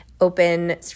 open